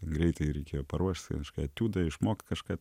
greitai reikėjo paruošt kažką etiudą išmokt kažką